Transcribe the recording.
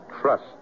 trust